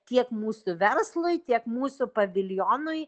tiek mūsų verslui tiek mūsų paviljonui